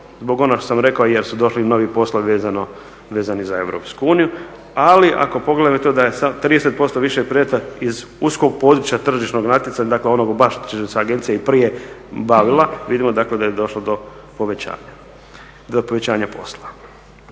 zbog onog što sam rekao jer su došli novi poslovi vezani za Europsku uniju. Ali ako pogledate da je sad 30% više predmeta iz uskog područja tržišnog natjecanja, dakle onog baš što se agencija i prije bavila vidimo dakle da je došlo do povećanja posla.